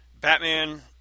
batman